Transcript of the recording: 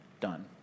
done